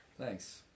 Thanks